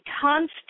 constant